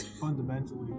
Fundamentally